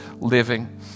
living